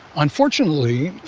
unfortunately,